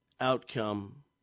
outcome